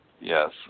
yes